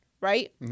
right